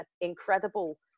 incredible